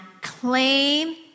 claim